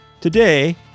Today